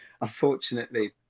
Unfortunately